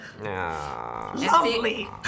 Lovely